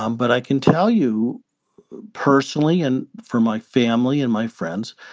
um but i can tell you personally and for my family and my friends,